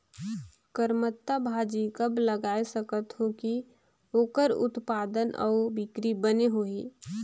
करमत्ता भाजी कब लगाय सकत हो कि ओकर उत्पादन अउ बिक्री बने होही?